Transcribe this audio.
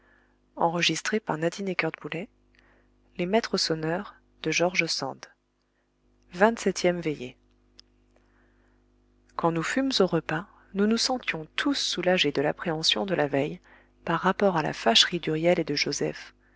vingt-septième veillée quand nous fûmes au repas nous nous sentions tous soulagés de l'appréhension de la veille par rapport à la fâcherie d'huriel et de joseph